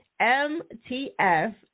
MTF